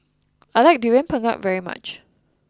I like Durian Pengat very much